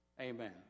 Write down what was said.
Amen